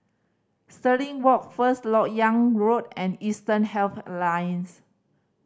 Stirling Walk First Lok Yang Road and Eastern Health Alliance